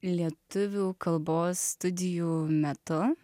lietuvių kalbos studijų metu